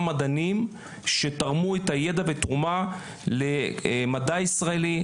מדענים שתרמו ידע בתרומה למדע ישראלי,